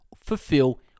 fulfill